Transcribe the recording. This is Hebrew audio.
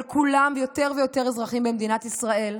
אבל כולם, יותר ויותר אזרחים במדינת ישראל,